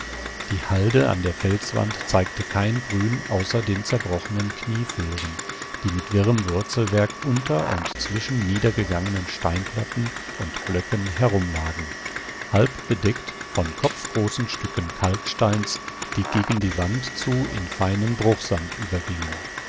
die halde an der felswand zeigte kein grün außer den zerbrochenen knieföhren die mit wirrem wurzelwerk unter und zwischen niedergegangenen steinplatten und blöcken herumlagen halbbedeckt von kopfgroßen stücken kalksteins die gegen die wand zu in feinen bruchsand übergingen